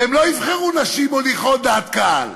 והם לא יבחרו נשים מוליכות דעת קהל,